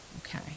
Okay